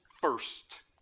First